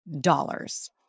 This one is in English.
dollars